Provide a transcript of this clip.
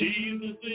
Jesus